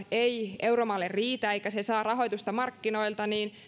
ei euromaille riitä eivätkä ne saa rahoitusta markkinoilta niin